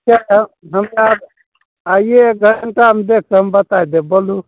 ठीक छै हमरा अब आइए एक घण्टामे देखके बताए देब बोलू